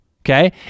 Okay